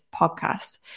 podcast